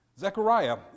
Zechariah